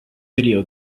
video